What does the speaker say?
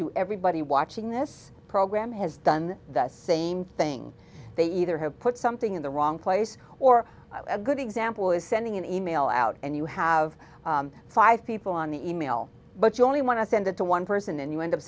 you everybody watching this program has done the same thing they either have put something in the wrong place or a good example is sending an email out and you have five people on the e mail but you only want to send it to one person and you end up